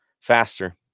faster